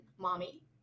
mommy